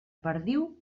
perdiu